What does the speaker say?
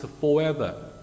forever